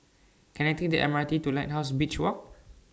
Can I Take The M R T to Lighthouse Beach Walk